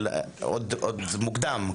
אבל עוד מוקדם,